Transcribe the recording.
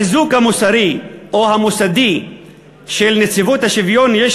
את החיזוק המוסרי או המוסדי של נציבות השוויון יש